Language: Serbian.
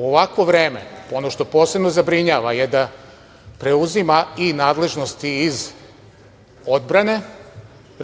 ovakvo vreme, ono što posebno zabrinjava je da preuzima i nadležnosti iz odbrane